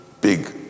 big